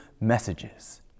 messages